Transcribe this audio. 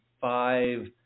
five